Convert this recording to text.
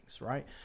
right